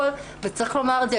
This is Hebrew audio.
צריך לומר את זה,